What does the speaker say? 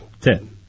ten